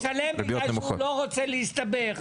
הוא משלם בגלל שהוא לא רוצה להסתבך.